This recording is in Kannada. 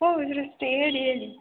ಹೋ ಹೇಳಿ ಹೇಳಿ